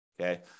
okay